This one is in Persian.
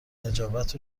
نجابت